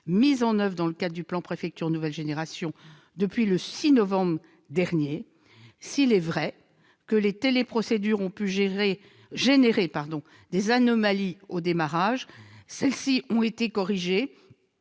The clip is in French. mise en oeuvre dans le cadre du plan Préfectures nouvelle génération depuis le 6 novembre dernier, s'il est vrai que les téléprocédures ont pu engendrer des anomalies au démarrage, celles-ci ont été corrigées.